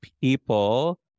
people